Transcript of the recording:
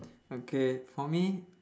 okay for me